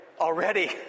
already